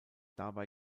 dabei